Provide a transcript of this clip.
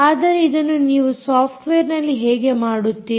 ಆದರೆ ಇದನ್ನು ನೀವು ಸಾಫ್ಟ್ವೇರ್ನಲ್ಲಿ ಹೇಗೆ ಮಾಡುತ್ತೀರಿ